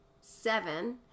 seven